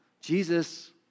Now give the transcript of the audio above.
Jesus